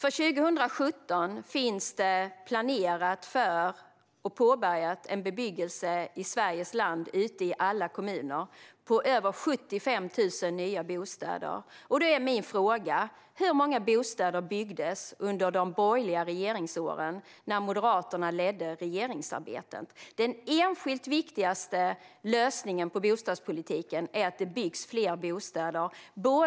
År 2017 fanns det i Sveriges land, ute i alla kommuner, planerad och påbörjad bebyggelse i form av över 75 000 nya bostäder. Min fråga är: Hur många bostäder byggdes under de borgerliga regeringsåren, när Moderaterna ledde regeringsarbetet? Den enskilt viktigaste lösningen i bostadspolitiken är att det byggs fler bostäder.